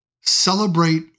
celebrate